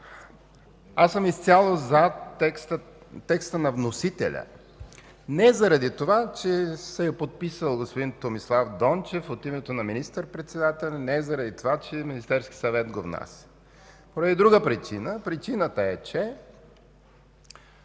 аз съм изцяло за текста на вносителя, не заради това, че се е подписал господин Томислав Дончев от името на министър-председателя, не заради това, че Министерският съвет го внася, поради друга причина. Причината е, че